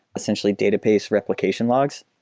essentially, database replication logs.